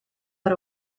but